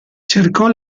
cercò